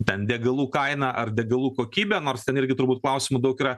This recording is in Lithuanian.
ten degalų kaina ar degalų kokybė nors ten irgi turbūt klausimų daug yra